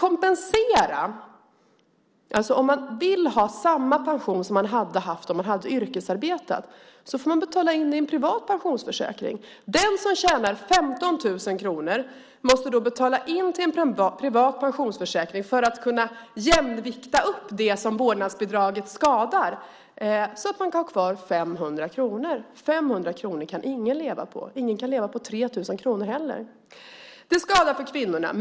Om man vill ha samma pension som man hade haft om man hade yrkesarbetat får man betala in en privat pensionsförsäkring. Den som tjänar 15 000 kronor måste då betala in till en privat pensionsförsäkring för att kunna skapa jämvikt mot det som vårdnadsbidraget skadar så att man har kvar 500 kronor. Det finns inte någon som kan leva på 500 kronor och inte heller någon som kan leva på 3 000 kronor. Det skadar för kvinnorna.